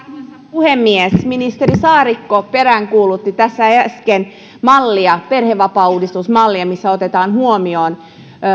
puhemies ministeri saarikko peräänkuulutti tässä äsken perhevapaauudistusmallia missä otetaan huomioon